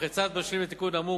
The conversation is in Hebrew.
וכצעד משלים לתיקון האמור,